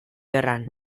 gerran